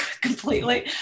completely